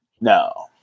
No